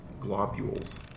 globules